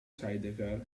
sidecar